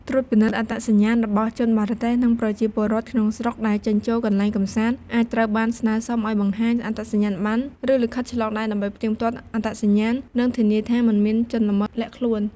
ត្រួតពិនិត្យអត្តសញ្ញាណ របស់ជនបរទេស និងប្រជាពលរដ្ឋក្នុងស្រុក ដែលចេញចូលកន្លែងកម្សាន្ត អាចត្រូវបានស្នើសុំឲ្យបង្ហាញ អត្តសញ្ញាណប័ណ្ណ ឬលិខិតឆ្លងដែន ដើម្បីផ្ទៀងផ្ទាត់អត្តសញ្ញាណ និងធានាថាមិនមានជនល្មើសលាក់ខ្លួន។